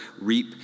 reap